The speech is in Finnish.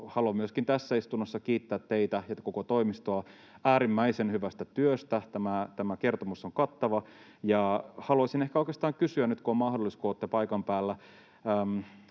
haluan myöskin tässä istunnossa kiittää teitä ja koko toimistoa äärimmäisen hyvästä työstä. Tämä kertomus on kattava. Haluaisin ehkä oikeastaan kysyä nyt, kun on mahdollisuus, kun olette paikan päällä,